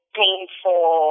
painful